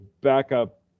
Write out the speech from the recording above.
backup